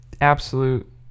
absolute